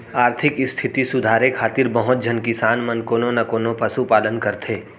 आरथिक इस्थिति सुधारे खातिर बहुत झन किसान मन कोनो न कोनों पसु पालन करथे